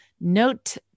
note